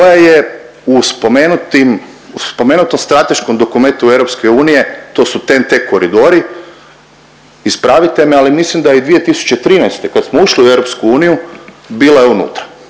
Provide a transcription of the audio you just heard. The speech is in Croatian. u spomenutom strateškom dokumentu EU to su TEN-T koridori, ispravite me ali mislim da je i 2013. kad smo ušli u EU bila je unutra